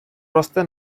росте